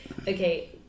okay